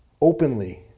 openly